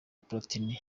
platini